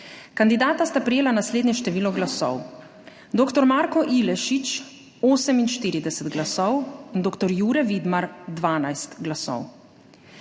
Kandidata sta prejela naslednje število glasov. Dr. Marko Ilešič 48 glasov, dr. Jure Vidmar 12 glasov.